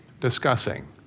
discussing